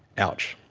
ouch.